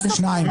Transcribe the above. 1,232 מי בעד?